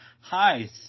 Hi